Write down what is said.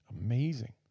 amazing